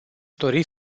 dori